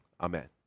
Amen